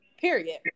period